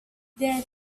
then